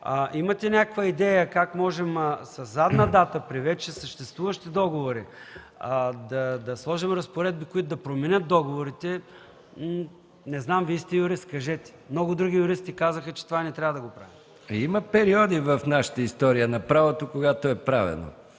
имате някаква идея как можем със задна дата при вече съществуващи договори да сложим разпоредби, които да променят договорите... Не знам, Вие сте юрист, кажете. Много други юристи казаха, че това не трябва да го правим. ПРЕДСЕДАТЕЛ МИХАИЛ МИКОВ: Има периоди в нашата история на правото, когато е правено.